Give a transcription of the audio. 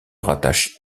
rattachent